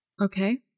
Okay